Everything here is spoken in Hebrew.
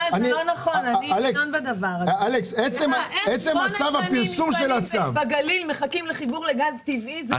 איך שמונה שנים מפעלים בגליל מחכים לחיבור לגז טבעי ---?